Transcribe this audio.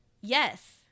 yes